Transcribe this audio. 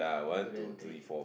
durian tree